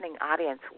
audience